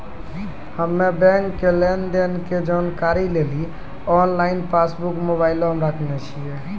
हम्मे बैंको के लेन देन के जानकारी लेली आनलाइन पासबुक मोबाइले मे राखने छिए